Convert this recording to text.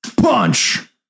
Punch